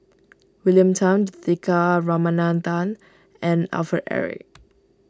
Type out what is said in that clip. William Tan Juthika Ramanathan and Alfred Eric